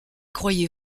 croyez